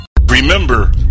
Remember